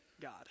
God